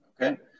Okay